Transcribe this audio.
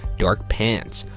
dark pants,